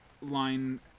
line